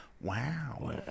Wow